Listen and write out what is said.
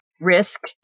risk